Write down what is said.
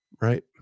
Right